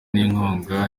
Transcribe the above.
n’inkunga